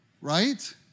right